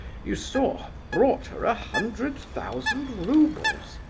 you saw, brought her a hundred thousand roubles!